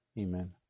Amen